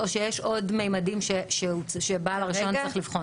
או שיש עוד ממדים שבעל הרישיון צריך לבחון?